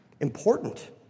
important